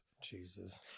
Jesus